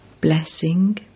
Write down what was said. Blessing